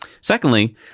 Secondly